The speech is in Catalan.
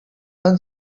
fan